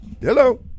hello